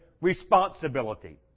responsibility